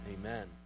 Amen